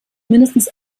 mindestens